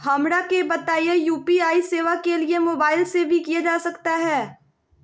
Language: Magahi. हमरा के बताइए यू.पी.आई सेवा के लिए मोबाइल से भी किया जा सकता है?